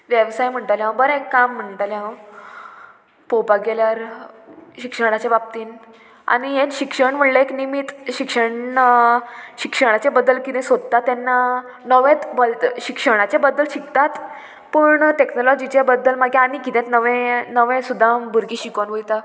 वेवसाय म्हणटाले हांव बरें काम म्हणटलें हांव पोवपाक गेल्यार शिक्षणाच्या बाबतीन आनी हें शिक्षण म्हणलें एक निमित शिक्षणा बद्दल किदें सोदता तेन्ना नव्यात शिक्षणाच्या बद्दल शिकतात पूण टॅक्नोलॉजीचे बद्दल मागीर आनी किद्यांत नवे नवें सुद्दां भुरगीं शिकोन वयता